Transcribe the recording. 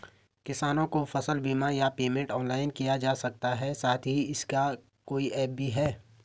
किसानों को फसल बीमा या पेमेंट ऑनलाइन किया जा सकता है साथ ही इसका कोई ऐप भी है?